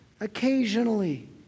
occasionally